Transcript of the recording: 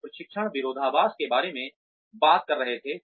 हम प्रशिक्षण विरोधाभास के बारे में बात कर रहे थे